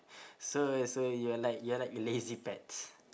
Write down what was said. so so you're like you're like a lazy pets